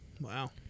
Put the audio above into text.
Wow